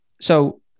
so-